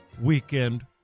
weekend